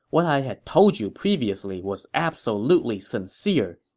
what i had told you previously was absolutely sincere.